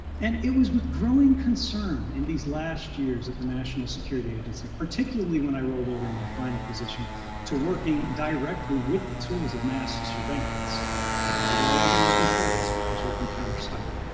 and it was with growing concern in these last years of the national security agency, particularly when i rolled over in my final position to working directly with the tools of mass surveillance although i wasn't working terrorism, i was working counter cyber